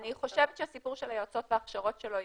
אני חושבת שהסיפור של היועצות וההכשרות שלו,